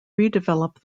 redevelop